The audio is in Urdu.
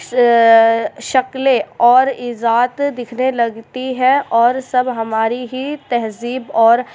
شکلیں اور ایجاد دکھنے لگتی ہے اور سب ہماری ہی تہذیب اور